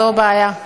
זו בעיה.